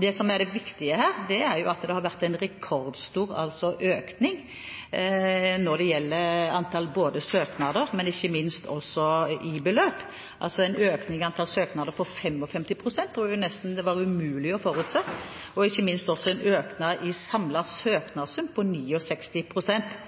Det som er det viktige her, er at det har vært en rekordstor økning når det gjelder antallet søknader, og ikke minst når det gjelder beløp. Det har vært en økning i antallet søknader på 55 pst., noe det var nesten umulig å forutse. Ikke minst har det også vært en økning i den samlede søknadssummen på